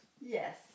Yes